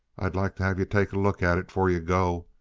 i'd like t' have ye take a look at it, fore ye go.